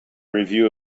review